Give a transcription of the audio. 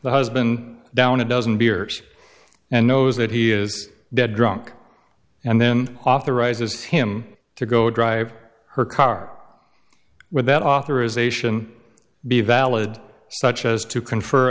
the husband down it doesn't beers and knows that he is dead drunk and then authorizes him to go drive her car without authorization be valid such as to confer